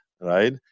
right